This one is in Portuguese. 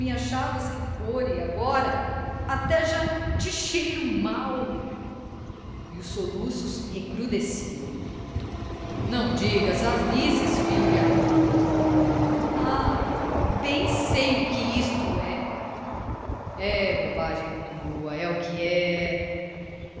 achavas que pôr e agora até já te cheiro mal e os soluços recrudesciam não digas asnices filha ah eu bem sei o que isto é e bobagem tua é o que é